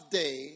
day